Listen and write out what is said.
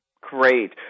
Great